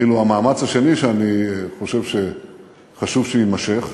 ואילו המאמץ השני, שאני חושב שחשוב שיימשך,